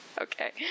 Okay